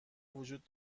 وجود